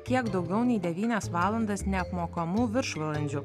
kiek daugiau nei devynias valandas neapmokamų viršvalandžių